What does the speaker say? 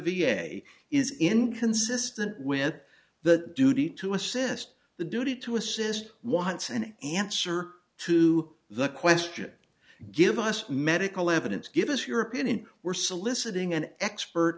a is inconsistent with the duty to assist the duty to assist wants an answer to the question give us medical evidence give us your opinion we're soliciting an expert